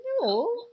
no